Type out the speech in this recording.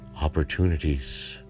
opportunities